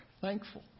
thankful